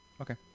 okay